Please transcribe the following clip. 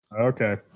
okay